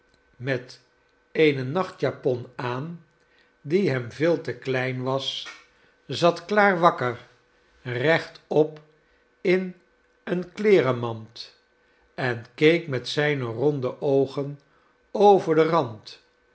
met eene nachtjapon aan die hem veel te klein was zat klaar wakker rechtop in eene kleerenmand en keek met zijne ronde oogen over den rand